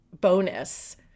bonus